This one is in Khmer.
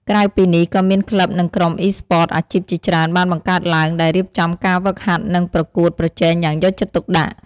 ក្រៅពីនេះ ក៏មានក្លឹប និងក្រុម Esports អាជីពជាច្រើនបានបង្កើតឡើង ដែលរៀបចំការហ្វឹកហាត់ និងប្រកួតប្រជែងយ៉ាងយកចិត្តទុកដាក់។